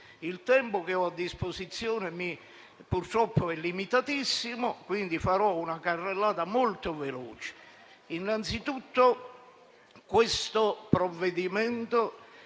Il tempo che ho a disposizione purtroppo è limitatissimo e, quindi, farò una carrellata molto veloce. Innanzitutto questo provvedimento